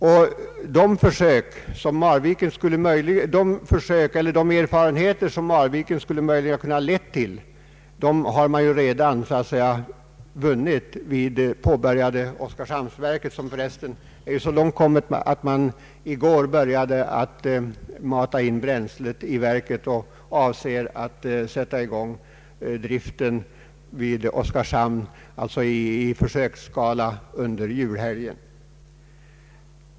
De erfarenheter som Marviken möjligen i så fall skulle ha kunnat leda till har man ju redan vunnit vid det påbörjade Oskarshamnsverket, som för resten kommit så långt att man i går började mata in bränsle i reaktorn och avser att sätta i gång driften i försöksskala under julhelgen.